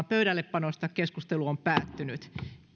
pöydällepanosta on päättynyt